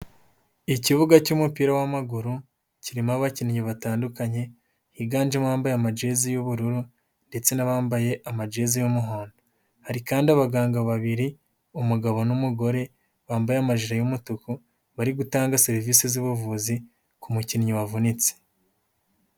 Ikibuga cy'umupira w'amaguru, kirimo abakinnyi batandukanye, higanjemo abambaye amajeze y'ubururu ndetse n'abambaye amajezi y'umuhondo. Hari kandi abaganga babiri, umugabo n'umugore, bambaye amajire y'umutuku, bari gutanga serivise z'ubuvuzi, ku mukinnyi wavunitse.